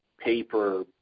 paper